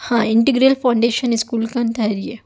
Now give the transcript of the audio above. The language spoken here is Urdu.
ہاں انٹیگرل فاؤنڈیشن اسکول کن ٹھہریے